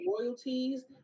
royalties